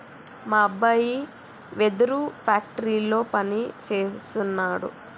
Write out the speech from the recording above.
మా అబ్బాయి వెదురు ఫ్యాక్టరీలో పని సేస్తున్నాడు